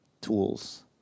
tools